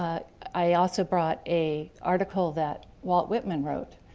ah i also brought a article that walt whitman wrote.